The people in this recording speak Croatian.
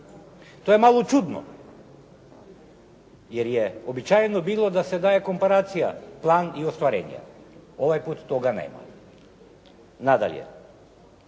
To je malo čudno jer je uobičajeno bilo da se daje komparacija plan i ostvarenje. Ovaj put toga nema. Nadalje,